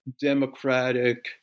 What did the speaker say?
democratic